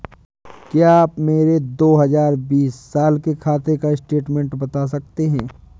क्या आप मेरे दो हजार बीस साल के खाते का बैंक स्टेटमेंट बता सकते हैं?